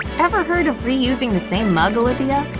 ever heard of reusing the same mug, olivia?